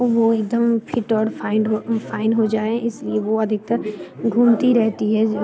वो एक दम फिट और फाइंड हो फाइन हो जाएँ इस लिए वो अधिकतर घूमती रहती हैं